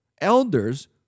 elders